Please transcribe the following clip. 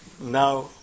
now